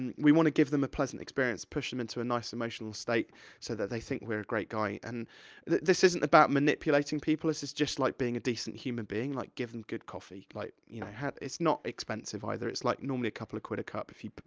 and we wanna give them a pleasant experience, push em into a nice emotional state so that they think we're a great guy, and this isn't about manipulating people, this is just, like, being a decent human being, like, give them good coffee. like you know, have, it's not expensive, either, it's, like, normally a couple of quid a cup if you,